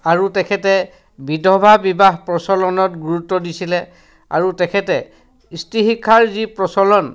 আৰু তেখেতে বিধৱাবিবাহ প্ৰচলনত গুৰুত্ব দিছিলে আৰু তেখেতে স্ত্ৰী শিক্ষাৰ যি প্ৰচলন